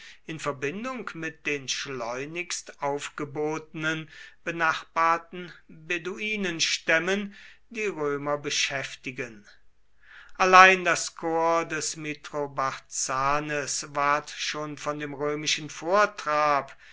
in verbindung mit den schleunigst aufgebotenen benachbarten beduinenstämmen die römer beschäftigen allein das korps des mithrobarzanes ward schon von dem römischen vortrab